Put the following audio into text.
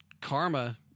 Karma